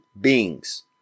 beings